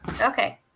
Okay